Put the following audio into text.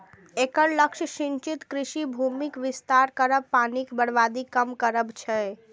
एकर लक्ष्य सिंचित कृषि भूमिक विस्तार करब, पानिक बर्बादी कम करब छै